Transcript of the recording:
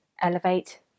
Elevate